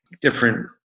different